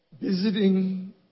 visiting